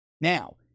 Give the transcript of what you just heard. Now